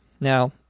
Now